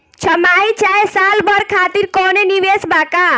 छमाही चाहे साल भर खातिर कौनों निवेश बा का?